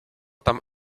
tam